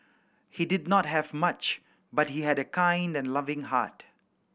he did not have much but he had a kind and loving heart